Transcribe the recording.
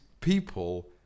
people